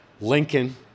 Lincoln